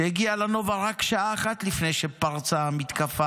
שהגיע לנובה רק שעה אחת לפני שפרצה המתקפה